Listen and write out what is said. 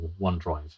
OneDrive